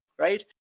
right?